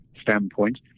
standpoint